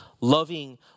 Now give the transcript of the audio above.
loving